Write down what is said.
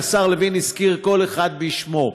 שהשר לוין הזכיר כל אחד מהם בשמו.